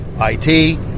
I-T